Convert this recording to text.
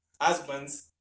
husbands